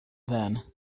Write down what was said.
then